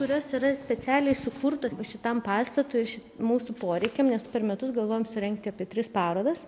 kurios yra specialiai sukurtos šitam pastatui iš mūsų poreikiam nes per metus galvojam surengti apie tris parodas